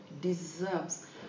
deserves